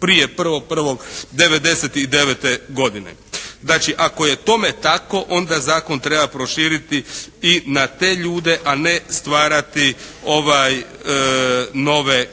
prije 1.1.1999. godine. Znači ako je tome tako onda zakon treba proširiti i na te ljude a ne stvarati nove